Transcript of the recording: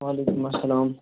وعلیکُم اسلام